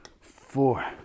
four